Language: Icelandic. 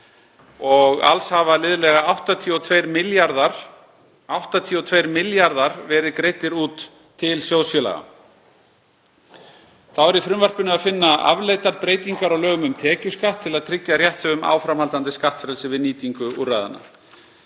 en alls hafa liðlega 82 milljarðar verið greiddir út til sjóðsfélaga. Þá er í frumvarpinu að finna afleiddar breytingar á lögum um tekjuskatt til að tryggja rétthöfum áframhaldandi skattfrelsi við nýtingu úrræðanna.